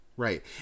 Right